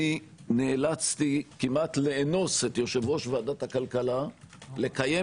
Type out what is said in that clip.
אני נאלצתי כמעט לאנוס את יושב-ראש ועדת הכלכלה לקיים